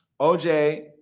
OJ